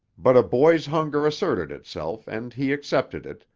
but a boy's hunger asserted itself and he accepted it,